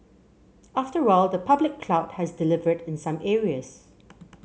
after all the public cloud has delivered in some areas